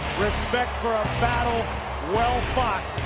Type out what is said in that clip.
respect for a battle well fought.